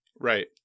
Right